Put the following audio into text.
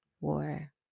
war